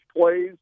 plays